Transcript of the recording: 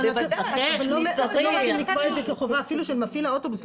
אבל אתם רוצים לקבוע את זה כחובה אפילו של מפעיל האוטובוס.